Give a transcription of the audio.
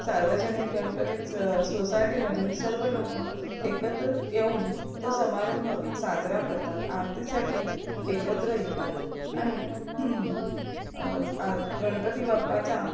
सार्वजनिक गणपतीचं सोसायटीमधील सर्व लोकं एकत्रित येऊन तो समारंभ साजरा करतात आरतीसाठी एकत्र येतात आणि आर गणपती बाप्पाचा